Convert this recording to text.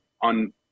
on